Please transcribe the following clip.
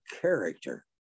character